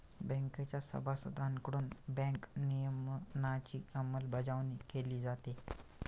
बँकेच्या सभासदांकडून बँक नियमनाची अंमलबजावणी केली जाते